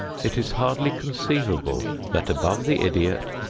it is hardly conceivable that above the idiot,